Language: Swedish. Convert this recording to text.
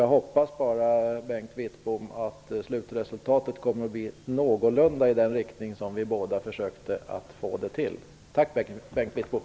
Jag hoppas bara att slutresultatet kommer att bli någorlunda i den riktning som vi båda försökte åstadkomma. Tack Bengt Wittbom!